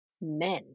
men